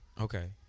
Okay